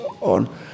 on